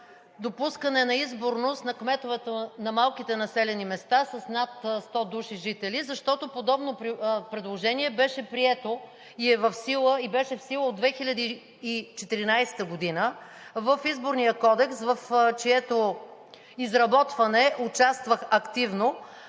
допускане на изборност на кметовете на малките населени места с над 100 души жители, защото подобно предложение беше прието и беше в сила от 2014 г. в Изборния кодекс, в чието изработване участвах активно,